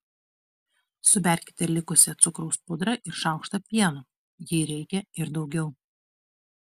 suberkite likusią cukraus pudrą ir šaukštą pieno jei reikia ir daugiau